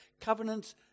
covenants